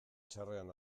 txarrean